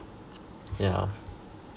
yeah